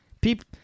people